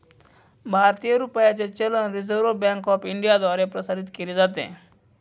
भारतीय रुपयाचे चलन रिझर्व्ह बँक ऑफ इंडियाद्वारे प्रसारित केले जाते